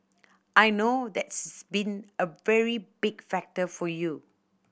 I know that's been a very big factor for you